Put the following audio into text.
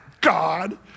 God